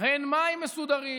ואין מים מסודרים.